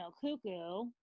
cuckoo